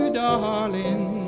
darling